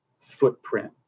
footprint